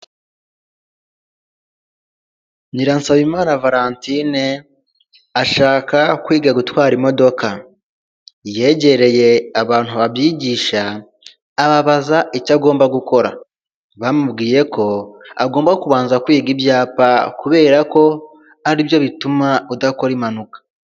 Nyiransabimana Valentine ashaka kwiga gutwara imodoka, yegereye abantu babyigisha ababaza icyo agomba gukora, bamubwiye ko agomba kubanza kwiga ibyapa kubera ko aribyo bituma udakora impanuka.